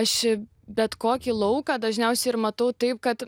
aš bet kokį lauką dažniausiai ir matau taip kad